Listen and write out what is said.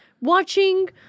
Watching